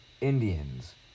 Indians